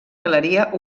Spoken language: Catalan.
galeria